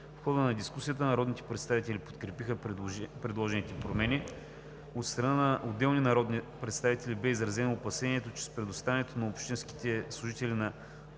В хода на дискусията народните представители подкрепиха предложените промени. От страна на отделни народни представители бе изразено опасението, че с предоставянето на общинските служители на